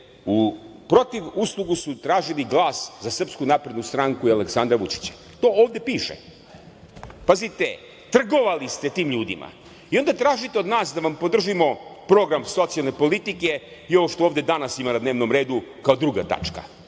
protivuslugu su tražili glas za SNS i Aleksandra Vučića. To ovde piše. Pazite, trgovali ste tim ljudima. I onda tražite od nas da vam podržimo program socijalne politike i ovo što ovde danas ima na dnevnom redu kao druga tačka. Ne